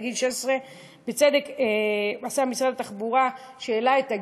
לגיל 16. בצדק עשה משרד התחבורה שהעלה את הגיל.